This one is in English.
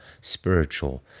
spiritual